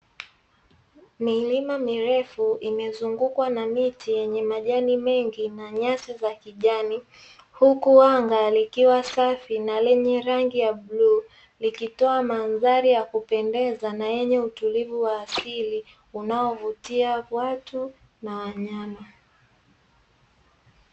Milima mirefu imezungukwa na miti yenye majani mengi na nyasi za kijani, huku wanga likiwa safi na lenye rangi ya blue likitoa mandhari ya kupendeza na yenye utulivu wa asili unaovutia watu na wanyama.